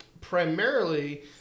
primarily